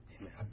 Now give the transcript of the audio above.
Amen